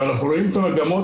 אנחנו רואים את המגמות,